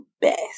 best